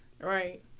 Right